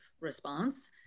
response